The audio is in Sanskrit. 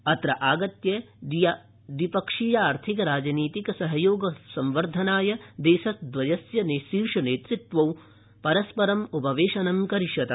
अत्र आगत्य द्विपक्षीयार्थिक राजनीतिक सहयोग वर्धनाय देशस्य शीर्ष नेतत्वेन सह उभौ उपवेशनं करिष्यतः